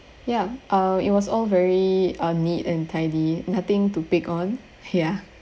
ya uh it was all very uh neat and tidy nothing to pick on ya